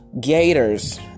Gators